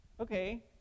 Okay